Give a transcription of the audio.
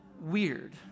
weird